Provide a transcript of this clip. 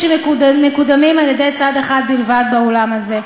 שמקודמים על-ידי צד אחד בלבד באולם הזה.